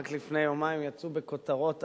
רק לפני יומיים יצאו בכותרות ענק,